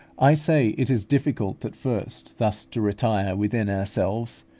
i say it is difficult at first thus to retire within ourselves,